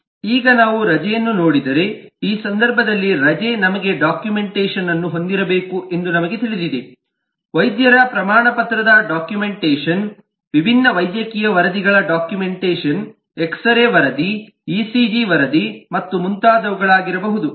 ಈಗ ನಾವು ರಜೆಯನ್ನು ನೋಡಿದರೆ ಈ ಸಂದರ್ಭದಲ್ಲಿ ರಜೆ ನಮಗೆ ಡಾಕ್ಯುಮೆಂಟೇಶನ್ಅನ್ನು ಹೊಂದಿರಬೇಕು ಎಂದು ನಮಗೆ ತಿಳಿದಿದೆ ವೈದ್ಯರ ಪ್ರಮಾಣಪತ್ರದ ಡಾಕ್ಯುಮೆಂಟೇಶನ್ ವಿಭಿನ್ನ ವೈದ್ಯಕೀಯ ವರದಿಗಳ ಡಾಕ್ಯುಮೆಂಟೇಶನ್ ಎಕ್ಸರೆ ವರದಿ ಇಸಿಜಿ ವರದಿ ಮತ್ತು ಮುಂತಾದವುಗಳಾಗಿರಬಹುದು